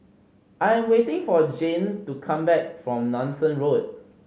I am waiting for Zhane to come back from Nanson Road